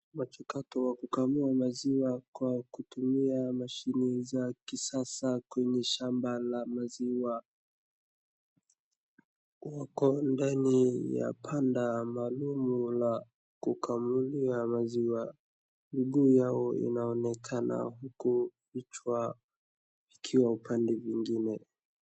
Mchakato wa kukamua maziwa kwa kutumia mashine za kisasa kwenye shamba la maziwa. Wako ndani ya banda maalum la kukamuliwa maziwa, miguu yao inaonekana huku vichwa vikiwa upande vingine.